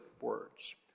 words